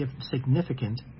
significant